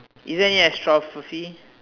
isn't it aprostophe